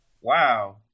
Wow